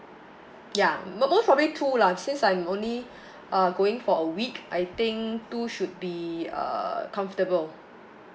ya most most probably two lah since I'm only uh going for a week I think two should be uh comfortable